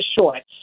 shorts